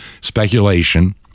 speculation